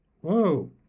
Whoa